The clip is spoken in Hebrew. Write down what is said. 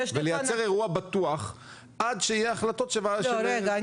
ולייצר אירוע בטוח עד שיהיו החלטות של --- רגע,